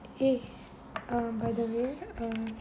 !hey! um by the way